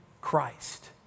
christ